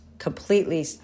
Completely